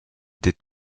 des